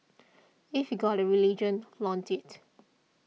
if you've got a religion flaunt it